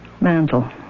Mantle